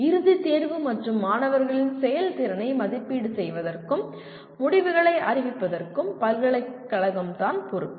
இறுதித் தேர்வு மற்றும் மாணவர்களின் செயல்திறனை மதிப்பீடு செய்வதற்கும் முடிவுகளை அறிவிப்பதற்கும் பல்கலைக்கழகம் தான் பொறுப்பு